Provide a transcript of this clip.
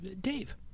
Dave